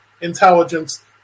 intelligence